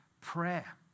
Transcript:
prayer